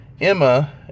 Emma